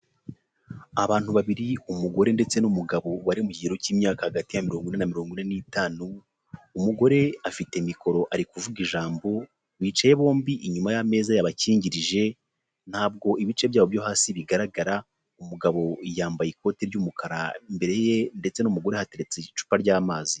Abantu babiri umugore ndetse n'umugabo bari mu kigero cy'imyaka hagati ya mirongo ine na mirongo ine n’itanu, umugore afite mikoro ari kuvuga ijambo, bicaye bombi inyuma y'ameza y’abakingirije ntabwo ibice byabo byo hasi bigaragara, umugabo yambaye ikoti ry'umukara, imbere ye ndetse n'umugore hateretse icupa ry'amazi.